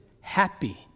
happy